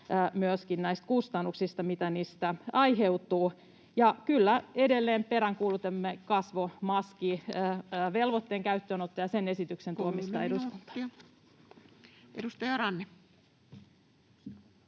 näistä kustannuksista, mitä aiheutuu. Ja kyllä, edelleen peräänkuulutamme kasvomaskivelvoitteen käyttöönottoa ja sen esityksen tuomista eduskuntaan. Edustaja Ranne.